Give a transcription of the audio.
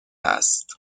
است